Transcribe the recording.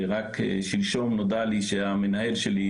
רק שלשום נודע לי שהמנהל שלי,